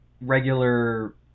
regular